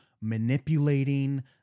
manipulating